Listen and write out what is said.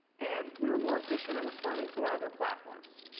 and we are more efficient at responding to our other platforms,